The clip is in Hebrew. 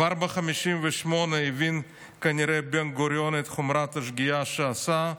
כבר ב-1978 הבין כנראה בן-גוריון את חומרת השגיאה שעשה,